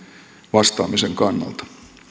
vastaamisen kannalta